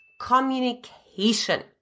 communication